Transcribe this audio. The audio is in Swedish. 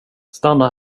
stanna